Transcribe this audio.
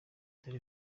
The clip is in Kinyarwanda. dore